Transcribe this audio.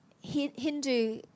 hindu